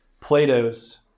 Plato's